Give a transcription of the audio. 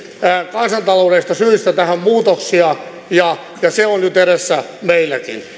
kansantaloudellisista syistä tähän muutoksia ja se on nyt edessä meilläkin